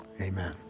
Amen